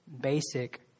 basic